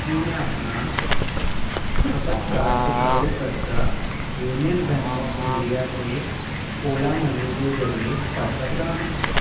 ਕੀ ਮੈਂ ਆਪਣਾ ਖਪਤਕਾਰ ਟਿਕਾਊ ਕਰਜ਼ਾ ਯੂਨੀਅਨ ਬੈਂਕ ਓਫ ਇੰਡੀਆ 'ਤੇ ਓਲਾ ਮਨੀ ਦੇ ਜ਼ਰੀਏ ਭਰ ਸਕਦਾ ਹਾਂ